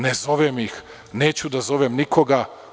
Ne zovem ih, neću da zovem nikoga.